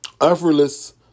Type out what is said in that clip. effortless